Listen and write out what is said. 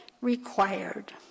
required